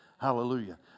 Hallelujah